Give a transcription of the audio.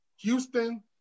Houston